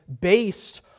based